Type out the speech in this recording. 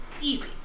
Easy